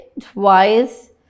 twice